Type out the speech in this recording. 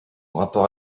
rapport